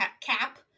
cap